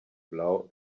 blow